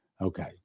Okay